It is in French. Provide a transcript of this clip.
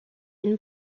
une